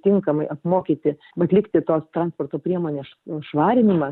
tinkamai apmokyti atlikti tos transporto priemonės švarinimą